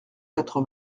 quatre